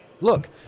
Look